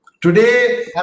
Today